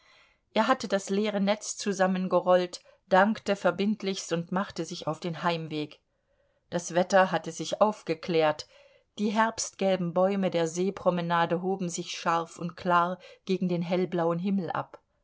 er hatte das leere netz zusammengerollt dankte verbindlichst und machte sich auf den heimweg das wetter hatte sich aufgeklärt die herbstgelben bäume der seepromenade hoben sich scharf und klar gegen den hellblauen himmel ab